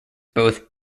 both